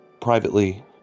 privately